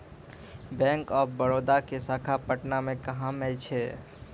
Bank of Baroda के शाखा पटना मे कहां मे छै?